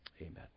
Amen